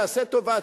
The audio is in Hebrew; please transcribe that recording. תעשה טובה,